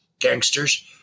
gangsters